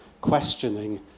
questioning